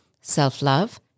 Self-love